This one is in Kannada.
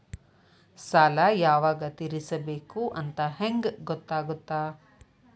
ಸಾಲ ಯಾವಾಗ ತೇರಿಸಬೇಕು ಅಂತ ಹೆಂಗ್ ಗೊತ್ತಾಗುತ್ತಾ?